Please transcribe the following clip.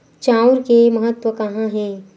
चांउर के महत्व कहां हे?